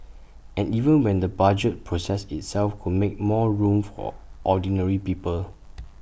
and even when the budget process itself could make more room for ordinary people